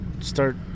start